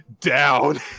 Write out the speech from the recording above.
down